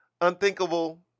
Unthinkable